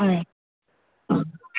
হয়